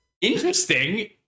Interesting